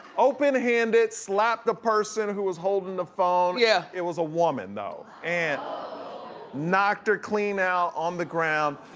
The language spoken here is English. open-handed, slapped the person who was holding the phone, yeah it was a woman, though, and knocked her clean out on the ground.